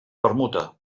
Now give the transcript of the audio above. permuta